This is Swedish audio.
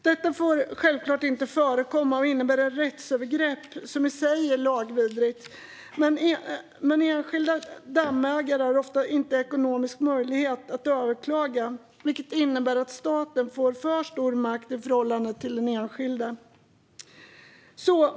Detta får självklart inte förekomma. Det innebär ett rättsövergrepp som i sig är lagvidrigt. Enskilda dammägare har dock sällan ekonomisk möjlighet att överklaga, vilket innebär att staten då får för stor makt i förhållande till den enskilde.